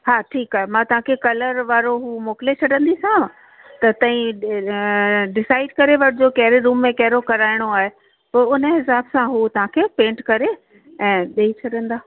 हा ठीकु आहे मां तव्हांखे कलर वारो हू मोकिले छॾींदीसाव त तईं डिसाइड करे वठिजो कहिड़े रूम में कहिड़ो कराइणो आहे पोइ उन हिसाब सां हू तव्हांखे पेंट करे ऐं ॾई छॾींदा